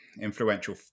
influential